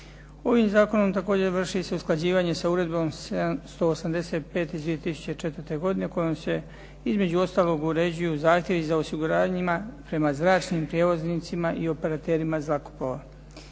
Ovim zakonom također vrši se usklađivanje sa uredbom 185 iz 2004. godine kojom se između ostalog uređuju zahtjevi za osiguranjima prema zračnim prijevoznicima i operaterima zrakoplova.